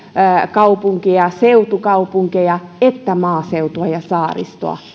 kaupunkeja seutukaupunkeja sekä maaseutua ja saaristoa